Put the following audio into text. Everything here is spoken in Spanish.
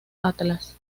atlas